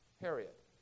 Harriet